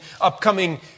upcoming